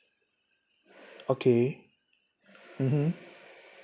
okay mmhmm